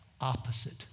opposite